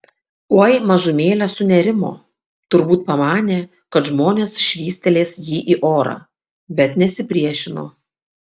oi mažumėlę sunerimo turbūt pamanė kad žmonės švystelės jį į orą bet nesipriešino